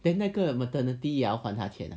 then 那个 maternity 也还他钱啊